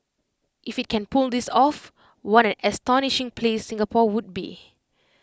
if IT can pull this off what an astonishing place Singapore would be